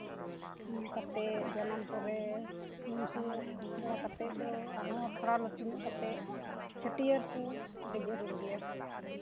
ᱤᱱᱟᱹ ᱠᱟᱛᱮᱫ ᱡᱟᱱᱟᱢ ᱯᱚᱨᱮ ᱟᱨᱦᱚᱸ ᱛᱷᱚᱲᱟ ᱞᱟᱹᱴᱩ ᱧᱚᱜ ᱠᱟᱛᱮᱫ ᱪᱷᱟᱹᱴᱭᱟᱹᱨ ᱠᱚ ᱟᱹᱰᱤ ᱡᱟᱹᱨᱩᱲ ᱜᱮᱭᱟ